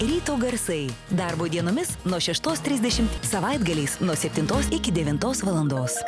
ryto garsai darbo dienomis nuo šeštos trisdešimt savaitgaliais nuo septintos iki devintos valandos